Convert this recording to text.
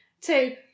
Two